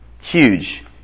Huge